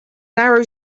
narrow